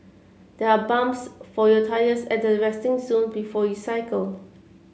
there are pumps for your tyres at the resting zone before you cycle